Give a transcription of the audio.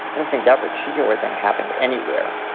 i don't think that particular thing happened anywhere.